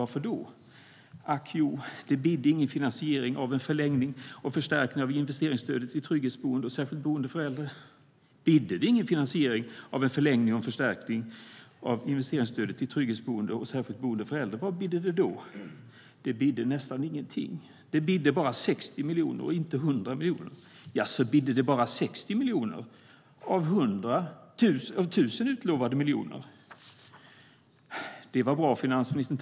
Varför då?- Bidde det ingen finansiering av en förlängning och förstärkning av investeringsstödet till trygghetsboende och särskilt boende för äldre? Vad bidde det då?- Jaså, bidde det bara 60 miljoner av 1 000 utlovade miljoner? Det var bra, finansministern.